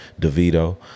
DeVito